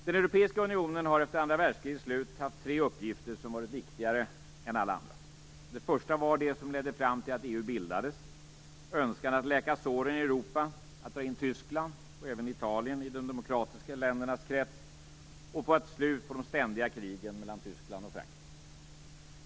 Den europeiska unionen har efter andra världskrigets slut haft tre uppgifter som varit viktigare än alla andra. Den första var det som ledde fram till att EU bildades, nämligen önskan att läka såren i Europa och dra in Tyskland, och även Italien, i de demokratiska ländernas krets och få ett slut på de ständiga krigen mellan Tyskland och Frankrike.